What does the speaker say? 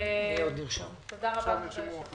תודה רבה אדוני היושב-ראש.